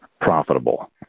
profitable